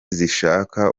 zishaka